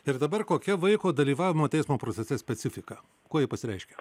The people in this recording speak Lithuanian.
ir dabar kokia vaiko dalyvavimo teismo procese specifika kuo ji pasireiškia